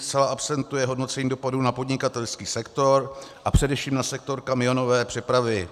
Zcela absentuje hodnocení dopadu na podnikatelský sektor a především na sektor kamionové přepravy.